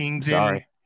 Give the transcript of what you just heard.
Sorry